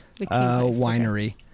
Winery